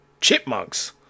chipmunks